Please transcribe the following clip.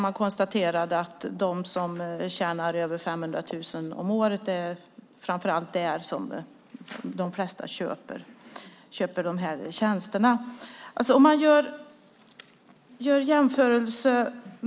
Man konstaterade att det framför allt är de som tjänar mer än 500 000 om året som köper dessa tjänster.